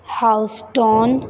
Houston